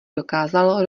dokázal